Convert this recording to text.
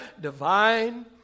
divine